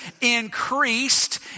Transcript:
increased